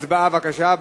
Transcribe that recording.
הצבעה, בבקשה.